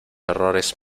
errores